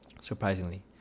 surprisingly